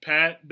Pat